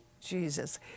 Jesus